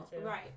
right